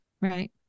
right